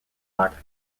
lacked